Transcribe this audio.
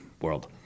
world